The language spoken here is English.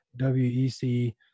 WEC